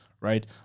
Right